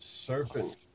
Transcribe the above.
Serpent